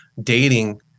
dating